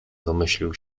domyślił